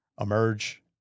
emerge